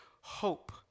hope